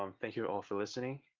um thank you all for listening.